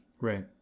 Right